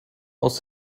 aus